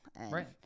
Right